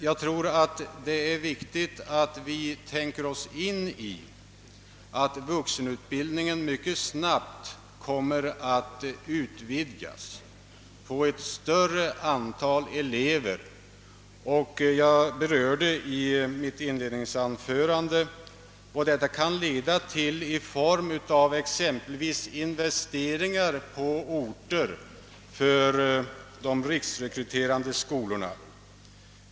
Jag tror att det är viktigt att vi betänker att vuxenutbildningen mycket snabbt kommer att utvidgas och få ett större antal elever. Jag berörde i mitt inledningsanförande vad detta kan leda till i form av investeringar på orter med riksrekryterande skolor.